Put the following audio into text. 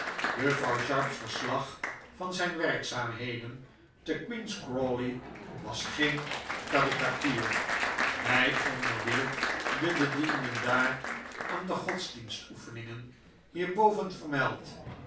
juffrouw sharp's verslag van zijn werkzaamheden te queen's crawley was geen karikatuur hij onderwierp de bedienden daar aan de godsdienstoefeningen hierboven vermeld